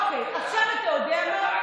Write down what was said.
אוקיי, עכשיו, אתה יודע מה?